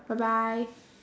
bye bye